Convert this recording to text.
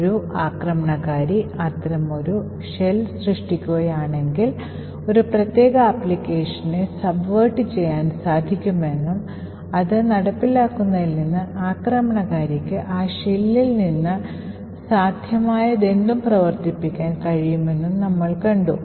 ഒരു ആക്രമണകാരി അത്തരമൊരു ഷെൽ സൃഷ്ടിക്കുകയാണെങ്കിൽ ഒരു പ്രത്യേക ആപ്ലിക്കേഷനെ അട്ടിമറിക്കാൻ സാധിക്കുമെന്നും അത് നടപ്പിലാക്കുന്നതിൽ നിന്ന് ആക്രമണകാരിക്ക് ആ ഷെല്ലിൽ നിന്ന് സാധ്യമായതെന്തും പ്രവർത്തിപ്പിക്കാൻ കഴിയും എന്നും നമ്മൾ കണ്ടു